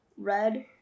Red